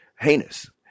heinous